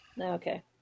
Okay